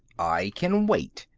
i can wait,